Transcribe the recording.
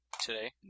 today